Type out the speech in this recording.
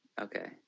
okay